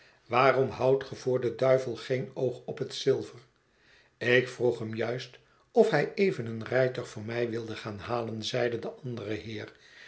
waarom houdt ge voor den duivel geen oog op het zilver ik vroeg hem juist of hij even een rijtuig voor mij wilde gaan halen zeide de andere heer